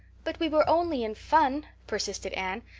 but we were only in fun, persisted anne.